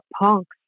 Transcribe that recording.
punks